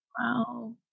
Wow